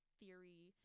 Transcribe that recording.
theory